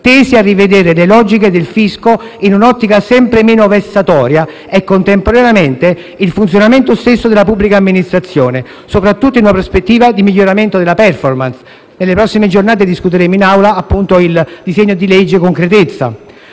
tesi a rivedere le logiche del fisco in un'ottica sempre meno vessatoria e, contemporaneamente, il funzionamento stesso della pubblica amministrazione, soprattutto in una prospettiva di miglioramento della *performance*. A tale proposito, aggiungo che nelle prossime giornate discuteremo in Aula il disegno di legge concretezza.